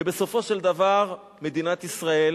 ובסופו של דבר מדינת ישראל